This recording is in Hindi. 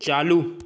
चालू